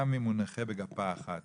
גם אם הוא נכה בגפה אחת.